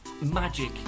magic